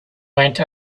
went